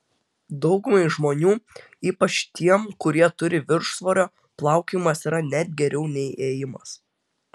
daugumai žmonių ypač tiems kurie turi viršsvorio plaukiojimas yra net geriau nei ėjimas